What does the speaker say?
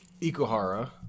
Ikuhara